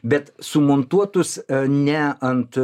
bet sumontuotus ne ant